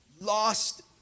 lost